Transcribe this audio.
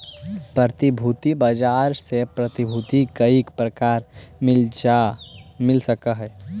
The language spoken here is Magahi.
प्रतिभूति बाजार से प्रतिभूति कईक प्रकार मिल सकऽ हई?